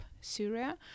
Syria